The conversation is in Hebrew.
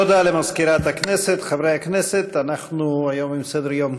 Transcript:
התשע"ז 2017, מאת חברת הכנסת תמר זנדברג,